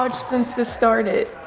since this started.